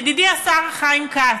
ידידי השר חיים כץ,